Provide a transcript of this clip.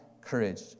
courage